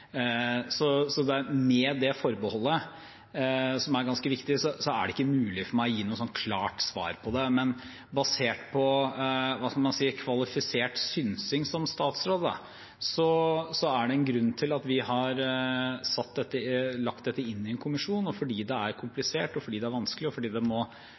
Med det forbeholdet, som er ganske viktig, er det ikke mulig for meg å gi et klart svar på det, men basert på – hva skal man si – kvalifisert synsing fra en statsråd er det en grunn til at vi har lagt dette inn i en kommisjon. Fordi det er komplisert, fordi det er vanskelig, og fordi det må